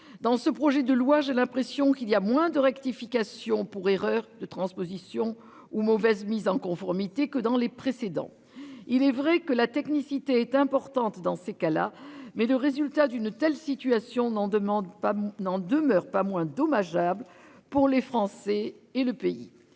dans ce projet de loi. J'ai l'impression qu'il y a moins de rectification pour erreur de transposition ou mauvaise mise en conformité que dans les précédents. Il est vrai que la technicité est importante dans ces cas-là, mais le résultat d'une telle situation n'en demandent pas n'en demeure pas moins dommageable pour les Français et le pays.